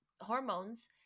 hormones